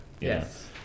Yes